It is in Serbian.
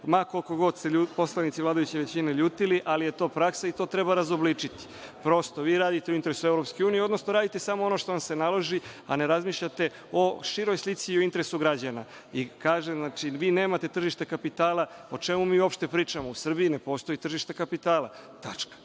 ma koliko god se poslanici vladajuće većine ljutili, ali je to praksa i to treba razobličiti. Prosto, vi radite u interesu EU, odnosno, radite samo ono što vam se naloži, a ne razmišljate o široj slici i o interesu građana. Opet kažem, vi nemate tržište kapitala i o čemu mi uopšte pričamo? U Srbiji ne postoji tržište kapitala. Tačka.